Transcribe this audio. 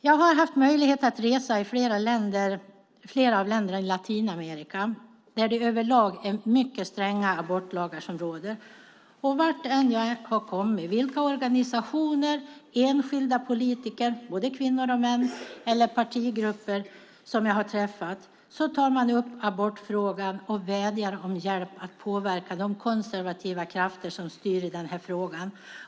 Jag har haft möjlighet att resa i flera av länderna i Latinamerika där det överlag är mycket stränga abortlagar som råder. Vart jag än har kommit, vilka organisationer, enskilda politiker, både kvinnor och män, eller partigrupper som jag har träffat tar man upp abortfrågan och vädjar om hjälp att påverka de konservativa krafter som styr i den här frågan.